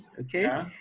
Okay